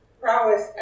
prowess